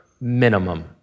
minimum